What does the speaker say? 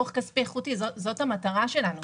זאת המטרה שלנו.